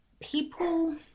people